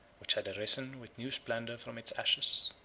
which had arisen with new splendor from its ashes.